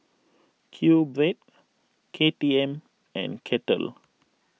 Q Bread K T M and Kettle